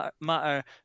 Matter